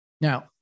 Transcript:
Now